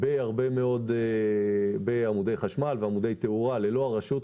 על עמודי חשמל ותאורה ללא הרשות,